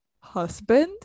husband